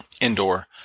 indoor